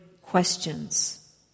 questions